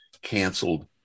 canceled